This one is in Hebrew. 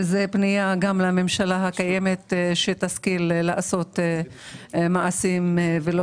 וזו פנייה גם לממשלה הקיימת שתשכיל לעשות מעשים ולא